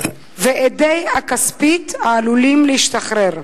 ואדי הכספית העלולים להשתחרר?